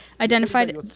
identified